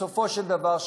בסופו של דבר,